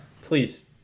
Please